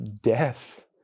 death